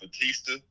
Batista